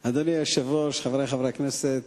היושב-ראש, חברי חברי הכנסת,